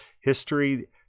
history